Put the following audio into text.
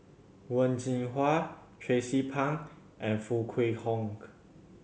Wen Jinhua Tracie Pang and Foo Kwee Horng